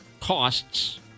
costs